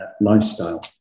lifestyle